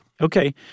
okay